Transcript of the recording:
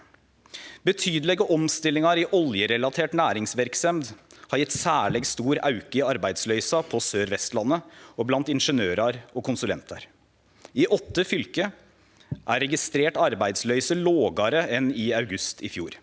Betydelege omstillingar i oljerelatert næringsverksemd har gitt ein særleg stor auke i arbeidsløysa på Sør-Vestlandet og blant ingeniørar og konsulentar. I åtte fylke er den registrerte arbeidsløysa lågare enn i august i fjor.